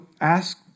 ask